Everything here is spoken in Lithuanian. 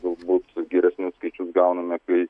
galbūt geresnius skaičius gauname kai